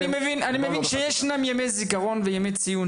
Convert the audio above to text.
אני מבין שישנם ימי זיכרון וימי ציון